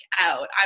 out